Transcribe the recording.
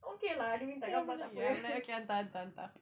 okay lah dia minta gambar tak apa